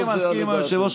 אני מסכים עם היושב-ראש,